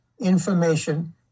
information